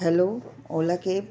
hello ola cab